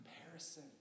Comparison